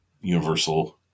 universal